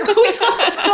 who is ah